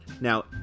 Now